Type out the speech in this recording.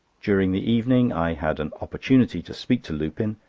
during the evening i had an opportunity to speak to lupin,